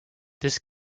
this